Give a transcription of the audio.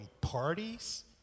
parties